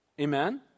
Amen